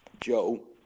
Joe